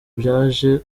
byaje